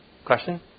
Question